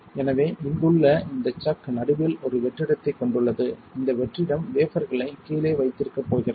எனவே இங்குள்ள இந்த சக் நடுவில் ஒரு வெற்றிடத்தைக் கொண்டுள்ளது இந்த வெற்றிடம் வேபர்களைக் கீழே வைத்திருக்கப் போகிறது